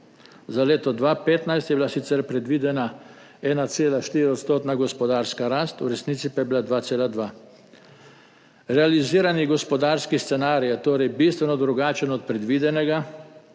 Za leto 2015 je bila sicer predvidena 1,4-odstotna gospodarska rast, v resnici pa je bila 2,2. Realizirani gospodarski scenarij je torej bistveno drugačen od predvidenega,